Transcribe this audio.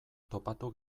topatu